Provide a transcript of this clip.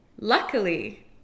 Luckily